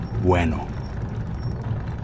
Bueno